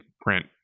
print